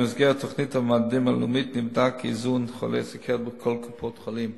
במסגרת תוכנית המדדים הלאומית נבדק איזון חולי הסוכרת בכל קופות-החולים.